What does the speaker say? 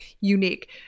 unique